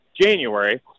january